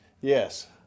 Yes